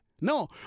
No